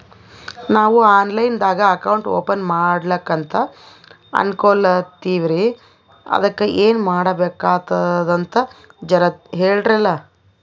ನಾವು online ದಾಗ account open ಮಾಡ್ಲಕಂತ ಅನ್ಕೋಲತ್ತೀವ್ರಿ ಅದಕ್ಕ ಏನ ಮಾಡಬಕಾತದಂತ ಜರ ಹೇಳ್ರಲ?